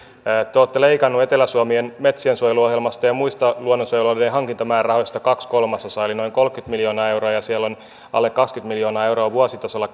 te olette leikanneet etelä suomen metsiensuojeluohjelmasta ja muista luonnonsuojeluohjelmien hankintamäärärahoista kaksi kolmasosaa eli noin kolmekymmentä miljoonaa euroa ja siellä on alle kaksikymmentä miljoonaa euroa vuositasolla